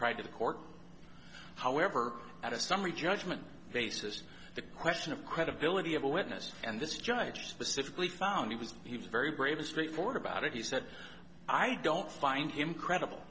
tried to the court however at a summary judgment basis the question of credibility of a witness and this judge specifically found he was very brave and straightforward about it he said i don't find him credible